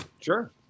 Sure